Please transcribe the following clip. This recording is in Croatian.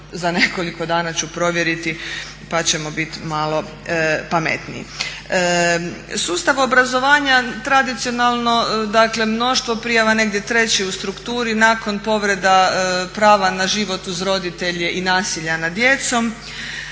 Za nekoliko dana ću provjeriti pa ćemo biti malo pametniji. Sustav obrazovanja, tradicionalno mnoštvo prijava negdje treći u strukturi nakon povreda prava na život uz roditelje i nasilja nad djecom.